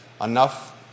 enough